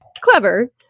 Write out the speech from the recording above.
clever